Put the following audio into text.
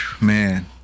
man